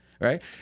right